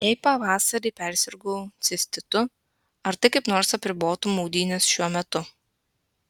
jei pavasarį persirgau cistitu ar tai kaip nors apribotų maudynes šiuo metu